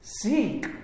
Seek